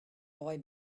boy